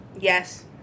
Yes